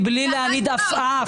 מבלי להניד עפעף,